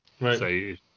Right